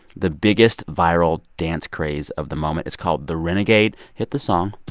the biggest viral dance craze of the moment. it's called the renegade. hit the song